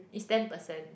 is ten percent